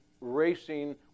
racing